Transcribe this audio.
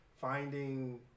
finding